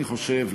אני חושב,